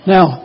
Now